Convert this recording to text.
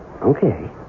Okay